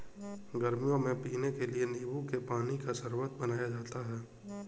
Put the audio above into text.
गर्मियों में पीने के लिए नींबू के पानी का शरबत बनाया जाता है